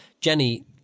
Jenny